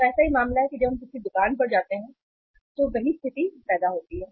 तो ऐसा ही मामला है कि जब हम किसी दुकान पर जाते हैं तो वही स्थिति पैदा होती है